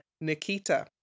Nikita